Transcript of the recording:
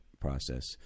process